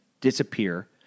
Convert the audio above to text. disappear